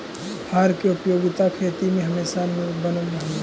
हर के उपयोगिता खेती में हमेशा बनल रहतइ